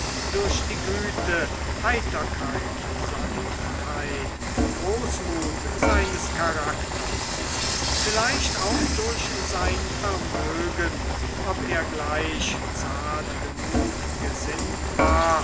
durch die güte heiterkeit sanftheit großmut seines charakters vielleicht auch durch sein vermögen ob er gleich zart genug gesinnt war